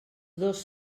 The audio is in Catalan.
dos